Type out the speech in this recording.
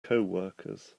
coworkers